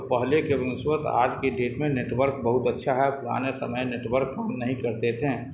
تو پہلے کے نسبت آج کی ڈیٹ میں نیٹ ورک بہت اچھا ہے پرانے سمئے نیٹ ورک کام نہیں کرتے تھے